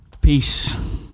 Peace